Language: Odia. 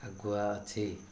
ଆଗୁଆ ଅଛି